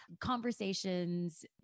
conversations